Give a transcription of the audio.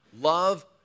Love